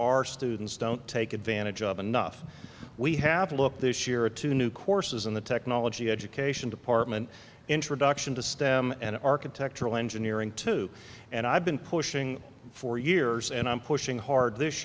our students don't take advantage of enough we have a look this year to new courses in the technology education department introduction to stem and architectural engineering too and i've been pushing for years and i'm pushing hard this